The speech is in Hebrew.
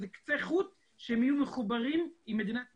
קצה חוט שהם יהיו מחוברים עם מדינת ישראל,